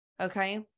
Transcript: Okay